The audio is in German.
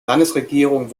landesregierung